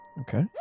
Okay